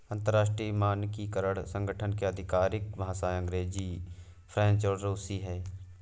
अंतर्राष्ट्रीय मानकीकरण संगठन की आधिकारिक भाषाएं अंग्रेजी फ्रेंच और रुसी हैं